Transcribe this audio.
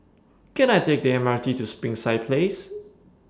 Can I Take The M R T to Springside Place